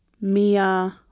Mia